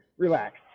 relax